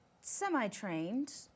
semi-trained